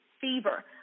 fever